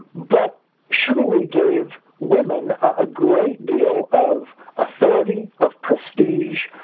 but chivalry gave women a great deal of authority, of prestige,